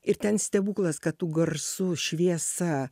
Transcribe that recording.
ir ten stebuklas kad tų garsu šviesa